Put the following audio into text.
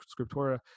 scriptura